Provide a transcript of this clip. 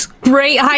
great